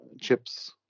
chips